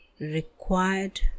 required